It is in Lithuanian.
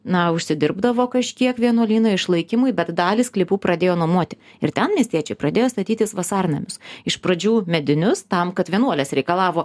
na užsidirbdavo kažkiek vienuolyno išlaikymui bet dalį sklypų pradėjo nuomoti ir ten miestiečiai pradėjo statytis vasarnamius iš pradžių medinius tam kad vienuolės reikalavo